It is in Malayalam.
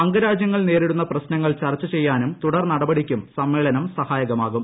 അംഗരാജ്യങ്ങൾ നേരിടുന്ന പ്രശ്നങ്ങൾ ചർച്ച ചെയ്യാനും തുടർ നടപടിക്കും സമ്മേളനം സഹായകമാകും